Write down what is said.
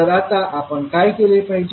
तर आता आपण काय केले पाहिजे